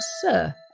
Sir